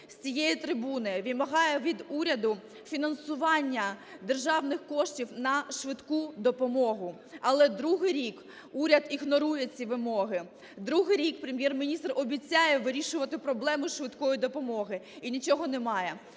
з цієї трибуни вимагає від уряду фінансування державних коштів на швидку допомогу, але другий рік уряд ігнорує ці вимоги. Другий рік Прем’єр-міністр обіцяє вирішувати проблему швидкої допомоги і нічого немає.